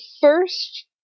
first